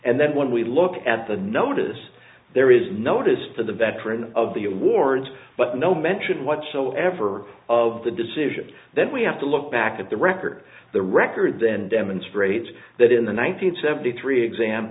and then when we look at the notice there is notice to the veteran of the awards but no mention whatsoever of the decision that we have to look back at the record the record then demonstrates that in the one nine hundred seventy three exam